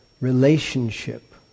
relationship